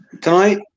tonight